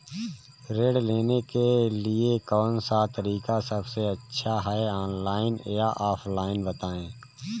ऋण लेने के लिए कौन सा तरीका सबसे अच्छा है ऑनलाइन या ऑफलाइन बताएँ?